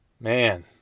Man